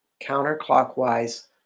counterclockwise